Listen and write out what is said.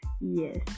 yes